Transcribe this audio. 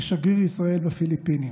כשגריר ישראל בפיליפינים.